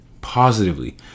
positively